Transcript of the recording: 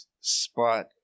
spot